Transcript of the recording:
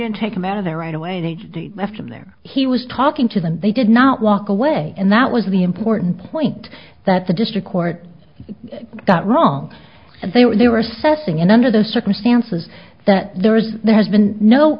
him take him out of there right away and left him there he was talking to them they did not walk away and that was the important point that the district court that wrong and they were they were assessing and under the circumstances that there was there has been no